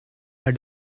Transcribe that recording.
her